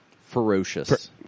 ferocious